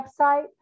website